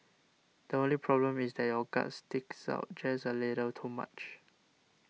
the only problem is that your gut sticks out just a little too much